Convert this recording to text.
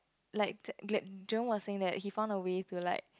like like John was saying that he found a way to like